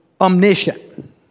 omniscient